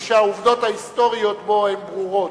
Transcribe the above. והעובדות ההיסטוריות בו הן ברורות.